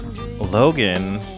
Logan